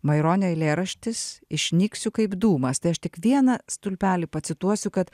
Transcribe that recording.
maironio eilėraštis išnyksiu kaip dūmas tai aš tik vieną stulpelį pacituosiu kad